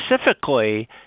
specifically